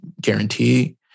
guarantee